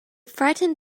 frightened